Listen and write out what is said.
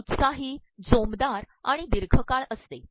हे उत्साही जोमदार आणण दीघयकाळ असते